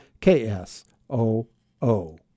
k-s-o-o